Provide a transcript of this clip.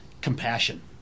compassion